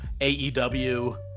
AEW